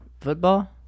Football